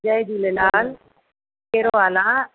जय झूलेलाल कहिड़ो हालु आहे